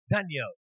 Daniel